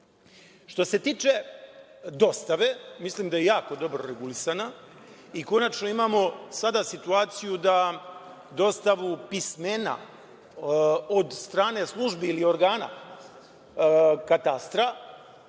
se tiče dostave, mislim da je jako dobro regulisana. Konačno imamo sada situaciju da dostavu pismena od strane službi ili organa katastra